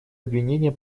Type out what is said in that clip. обвинения